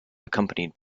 accompanied